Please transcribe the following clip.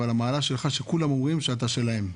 אבל המעלה שלך היא שכולם אומרים שאתה שלהם.